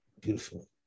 Beautiful